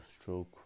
stroke